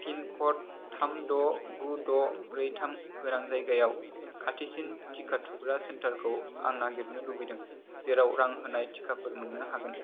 pin code थाम द गु द ब्रै थाम गोनां जायगायाव खाथिसिन टिका थुग्रा सेन्टारखौ आं नागिरनो लुबैदों जेराव रां होनाय टिकाफोर मोन्नो हागोन